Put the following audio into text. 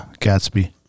Gatsby